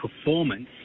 performance